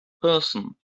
person